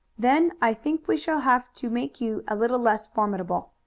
then i think we shall have to make you a little less formidable.